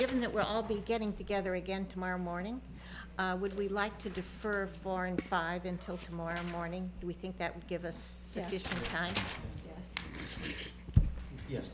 given that we're all be getting together again tomorrow morning would we like to defer four and five until tomorrow morning we think that would give us time ye